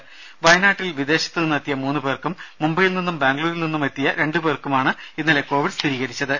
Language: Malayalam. രേര വയനാട്ടിൽ വിദേശത്ത് നിന്നെത്തിയ മൂന്ന് പേർക്കും മുംബൈയിൽ നിന്നും ബാംഗ്ലൂരിൽ നിന്നുമെത്തിയ രണ്ട് പേർക്കാണ് ഇന്നലെ കോവിഡ് സ്ഥിരീകരിച്ചത്